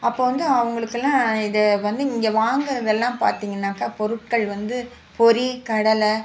அப்போ வந்து அவங்களுக்கெல்லாம் இது வந்து இங்கே வாங்கிறதெல்லாம் பார்த்திங்கன்னாக்கா பொருட்கள் வந்து பொரி கடலை